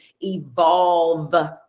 evolve